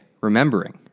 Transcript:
remembering